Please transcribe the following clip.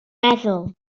meddwl